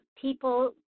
People